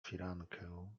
firankę